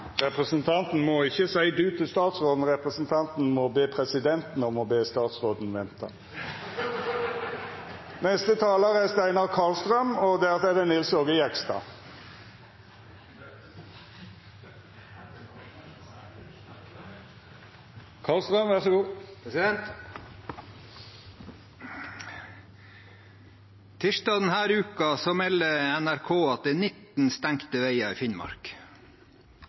Representanten Gunnes må ikkje seia «du» til statsråden. Han må be presidenten om å be statsråden om å venta. Tirsdag denne uken meldte NRK at det var 19 stengte veier i Finnmark.